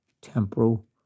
temporal